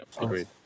Agreed